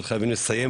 אני חייבים לסיים,